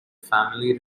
family